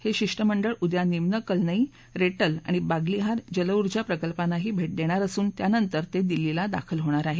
हे शिष्टमंडळ उद्या निम्न कलनई रेटल आणि बाग्लीहार जल उर्जा प्रकल्पांनाही भेट देणार असून त्यानंतर ते दिल्लीत दाखल होणार आहे